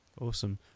Awesome